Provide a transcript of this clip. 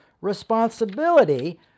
responsibility